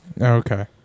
okay